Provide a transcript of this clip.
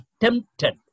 tempted